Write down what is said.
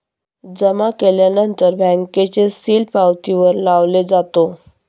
जमा केल्यानंतर बँकेचे सील पावतीवर लावले जातो